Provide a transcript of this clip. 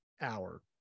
hour